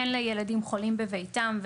הן לילדים חולים בביתם,